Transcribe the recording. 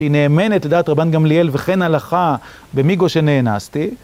היא נאמנת לדעת רבן גמליאל וכן הלכה במיגו שנאנסתי.